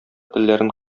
телләрен